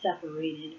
separated